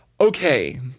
Okay